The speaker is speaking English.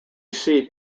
seat